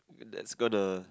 that's gonna